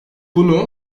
bunu